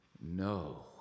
no